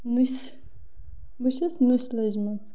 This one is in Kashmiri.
نُسہِ بہٕ چھَس نُسہِ لٔجمٕژ